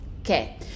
Okay